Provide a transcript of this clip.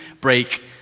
break